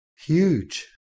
Huge